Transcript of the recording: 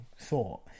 thought